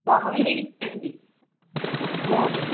మామూలువి ఇచ్చేయండి మూడు